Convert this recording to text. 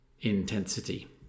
intensity